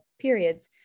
periods